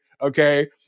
okay